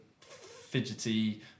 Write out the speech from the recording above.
fidgety